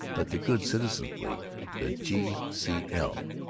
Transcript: but the good citizens' league, the g. c. l,